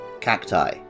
cacti